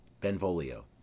Benvolio